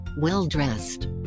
Well-dressed